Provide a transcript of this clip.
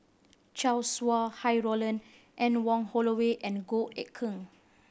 Chow Sau Hai Roland Anne Wong Holloway and Goh Eck Kheng